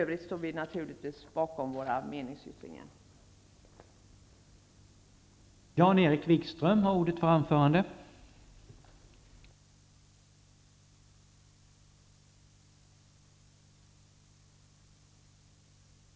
Vi står naturligtvis bakom vår meningsyttring även i övrigt.